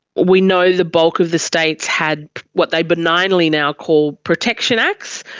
we know the bulk of the states had what they benignly now called protection acts.